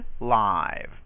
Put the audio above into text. live